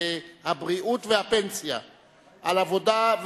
הבריאות והפנסיה על עבודה,